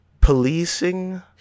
policing